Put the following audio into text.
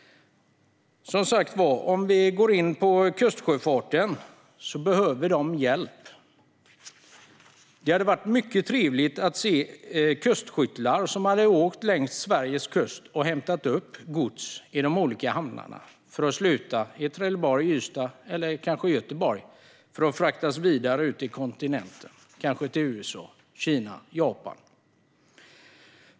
Kustsjöfarten behöver hjälp. Det hade varit mycket trevligt att se kustskyttlar åka längs Sveriges kust och hämta upp gods i de olika hamnarna för att sluta i Trelleborg, Ystad eller Göteborg och sedan frakta godset vidare till kontinenten eller kanske till USA, Kina, Japan.